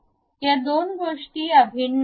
या दोन गोष्टी अभिन्न आहेत